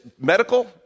medical